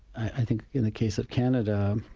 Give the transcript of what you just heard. i think in the case of canada,